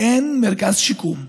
אין מרכז שיקום.